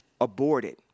aborted